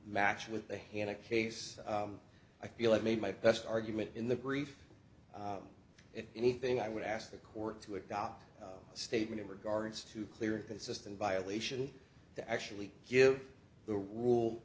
match with the hand of case i feel i've made my best argument in the grief if anything i would ask the court to adopt a statement in regards to clear and consistent violation to actually give the rule